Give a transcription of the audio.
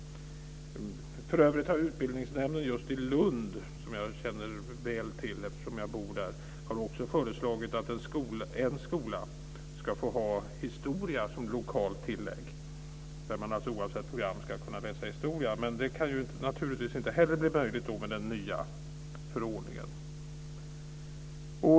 Utbildningsnämnden i Lund, som jag känner väl till eftersom jag bor där, har också föreslagit att en skola ska få ha historia som lokalt tillägg, dvs. oavsett program ska man kunna få läsa historia. Det kan naturligtvis inte heller bli möjligt med den nya förordningen.